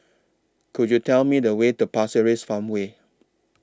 Could YOU Tell Me The Way to Pasir Ris Farmway